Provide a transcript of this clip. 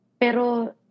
Pero